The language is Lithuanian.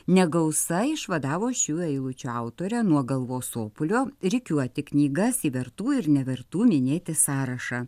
ne gausa išvadavo šių eilučių autorę nuo galvos sopulio rikiuoti knygas į vertų ir nevertų minėti sąrašą